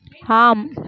ஆம்